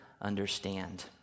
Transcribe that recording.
understand